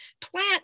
plant